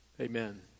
Amen